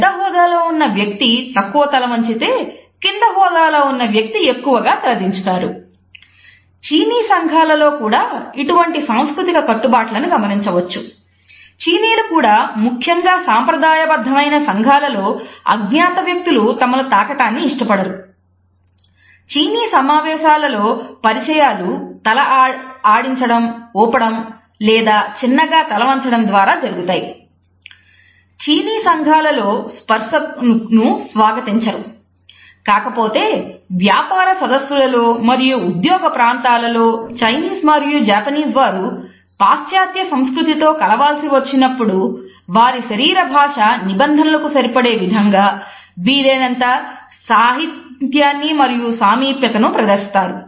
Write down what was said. పెద్ద హోదాలో ఉన్న వ్యక్తి తక్కువ తలవంచితే క్రింది హోదాలో ఉన్న వ్యక్తి ఎక్కువగా తల దించుతారు